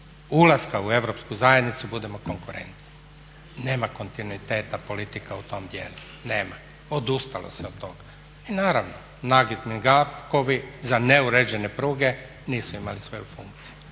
ulaska u europsku zajednicu budemo konkurentni. Nema kontinuiteta politika u tom dijelu, nema, odustalo se od toga. I naravno nagibni …/Govornik se ne razumije./… za neuređene pruge nisu imali svoju funkciju.